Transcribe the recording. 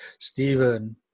Stephen